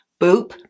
boop